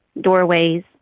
doorways